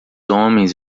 homens